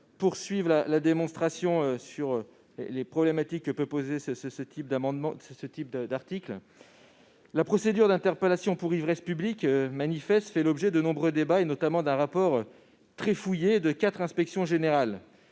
poursuivrai donc l'exposé des difficultés que peut poser l'article 3. La procédure d'interpellation pour ivresse publique manifeste fait l'objet de nombreux débats, notamment d'un rapport très fouillé de quatre inspections générales-